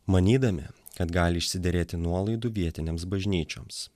manydami kad gali išsiderėti nuolaidų vietinėms bažnyčioms